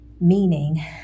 Meaning